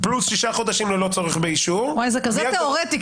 -- פלוס שישה חודשים ללא צורך באישור --- זה כזה תיאורטי,